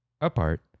apart